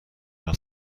are